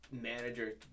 manager